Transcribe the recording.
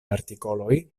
artikoloj